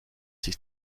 sich